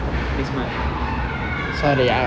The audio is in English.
next month